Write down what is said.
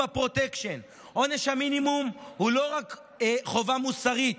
עונש המינימום בפרוטקשן הוא לא רק חובה מוסרית,